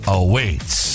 awaits